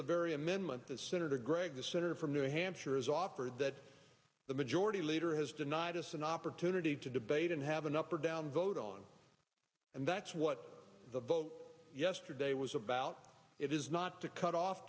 the very amendment that senator gregg the senator from new hampshire has offered that the majority leader has denied us an opportunity to debate and have an up or down vote on and that's what the vote yesterday was about it is not to cut off